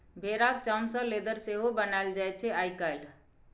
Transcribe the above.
भेराक चाम सँ लेदर सेहो बनाएल जाइ छै आइ काल्हि